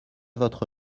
votre